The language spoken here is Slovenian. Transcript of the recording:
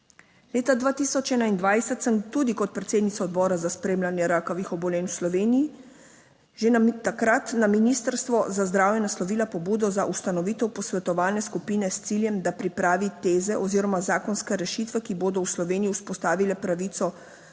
Leta 2021 sem tudi kot predsednica Odbora za spremljanje rakavih obolenj v Sloveniji takrat na ministrstvo za zdravje naslovila pobudo za ustanovitev posvetovalne skupine s ciljem, da pripravi teze oziroma zakonske rešitve, ki bodo v Sloveniji vzpostavile pravico